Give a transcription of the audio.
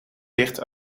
dicht